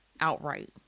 outright